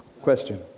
Question